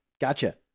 Gotcha